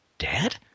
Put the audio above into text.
Dad